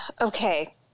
okay